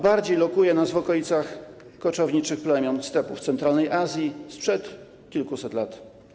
Bardziej lokuje nas w okolicach koczowniczych plemion stepów centralnej Azji sprzed kilkuset lat.